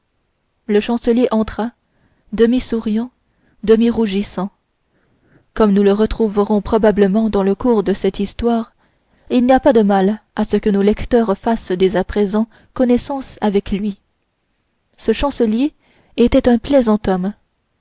le chancelier entra demi souriant demi rougissant comme nous le retrouverons probablement dans le cours de cette histoire il n'y a pas de mal à ce que nos lecteurs fassent dès à présent connaissance avec lui ce chancelier était un plaisant homme